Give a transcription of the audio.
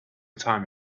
time